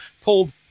pulled